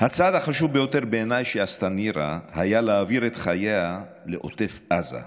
הצעד החשוב ביותר בעיניי שעשתה נירה היה להעביר את חייה לעוטף עזה.